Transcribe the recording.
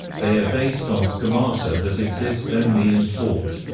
they are based on schemata that exist only in thought.